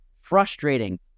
frustrating